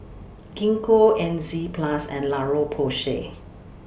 Gingko Enzyplex and La Roche Porsay